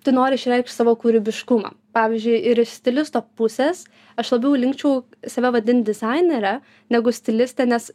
tu nori išreikšt savo kūrybiškumą pavyzdžiui ir iš stilisto pusės aš labiau linkčiau save vadint dizainere negu stiliste nes